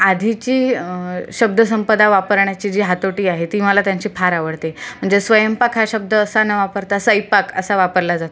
आधीची शब्दसंपदा वापरण्याची जी हातोटी आहे ती मला त्यांची फार आवडते म्हणजे स्वयंपाक हा शब्द असा न वापरता सैपाक असा वापरला जातो